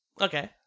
Okay